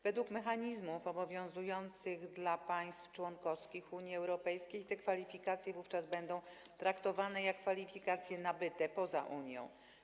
Według mechanizmów obowiązujących w państwach członkowskich Unii Europejskiej te kwalifikacje będą wówczas traktowane jak kwalifikacje nabyte poza Unią.